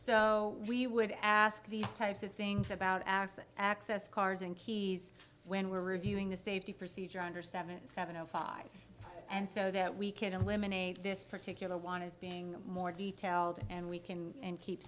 so we would ask these types of things about x access cars and keys when we're reviewing the safety procedure under seven seven o five and so that we can eliminate this particular one is being more detailed and we can